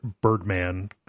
birdman